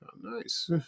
Nice